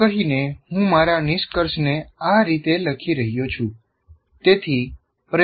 આમ કહીને હું મારા નિષ્કર્ષને આ રીતે લખી રહ્યો છું